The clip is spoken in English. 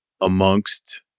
amongst